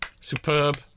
Superb